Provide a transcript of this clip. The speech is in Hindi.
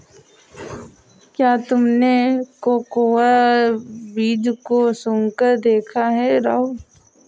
क्या तुमने कोकोआ बीज को सुंघकर देखा है राहुल?